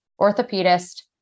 orthopedist